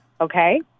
okay